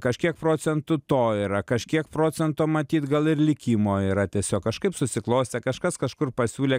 kažkiek procentų to yra kažkiek procento matyt gal ir likimo yra tiesiog kažkaip susiklostė kažkas kažkur pasiūlė